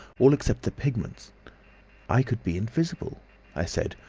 all except the pigments i could be invisible i said,